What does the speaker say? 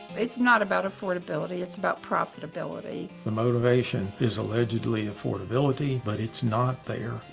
it's not about affordability, it's about profitability. the motivation is allegedly affordability. but it's not there.